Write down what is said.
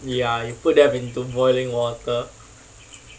ya you put them into boiling water